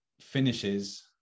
finishes